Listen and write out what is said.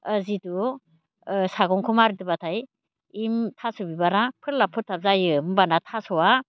जितु सागंखौ मारिदोबाथाय बे थास'बिबारा फोरलाब फोथाब जायो होनबाना थास'आ